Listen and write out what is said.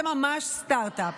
זה ממש סטרטאפ.